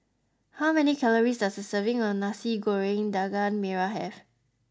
how many calories does a serving of nasi goreng daging merah have